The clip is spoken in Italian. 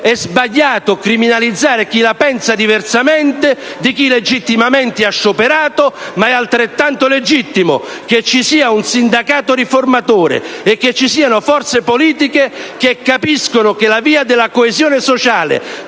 8 e criminalizzare chi la pensa diversamente da chi legittimamente ha scioperato. È però altrettanto legittimo che ci sia un sindacato riformatore e che ci siano forze politiche che capiscono che la via della coesione sociale